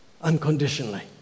unconditionally